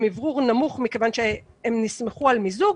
אוורור נמוך מכיון שהם נסמכו על מיזוג,